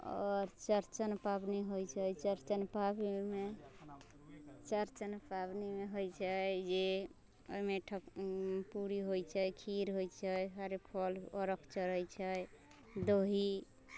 आओर चौड़चन पबनी होइ छै चौड़चन पाबनिमे चौड़चन पबनीमे होइ छै जे ओइमे पूरी होइ छै खीर होइ छै सारे फल चढ़ै छै दही